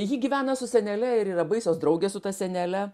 ji gyvena su senele ir yra baisios draugės su ta senele